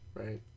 Right